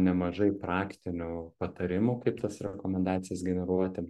nemažai praktinių patarimų kaip tas rekomendacijas generuoti